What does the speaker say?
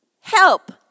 Help